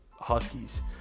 Huskies